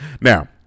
Now